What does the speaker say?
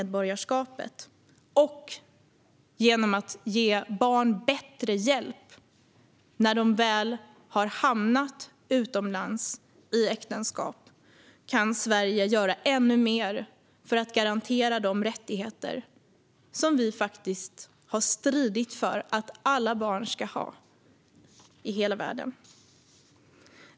Det kan vi göra genom att ha kraftfulla juridiska verktyg, såsom utreseförbud och möjlighet att spärra pass men också genom att försvåra avsägelse av det svenska medborgarskapet och genom att ge barn bättre hjälp när de väl har hamnat utomlands i äktenskap.